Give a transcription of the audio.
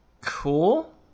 cool